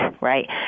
right